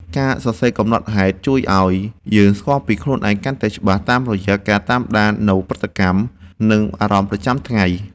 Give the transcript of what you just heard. ការសរសេរកំណត់ហេតុជួយឱ្យយើងស្គាល់ពីខ្លួនឯងកាន់តែច្បាស់ តាមរយៈការតាមដាននូវប្រតិកម្ម និងអារម្មណ៍ប្រចាំថ្ងៃ។